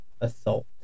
assault